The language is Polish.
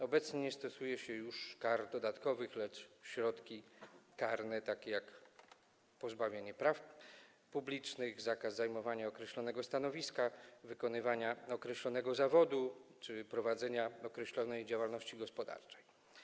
Obecnie nie stosuje się już kar dodatkowych, lecz środki karne, takie jak pozbawienie praw publicznych, zakaz zajmowania określonego stanowiska, wykonywania określonego zawodu czy prowadzenia określonej działalności gospodarczej.